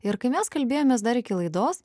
ir kai mes kalbėjomės dar iki laidos